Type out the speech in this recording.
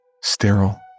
sterile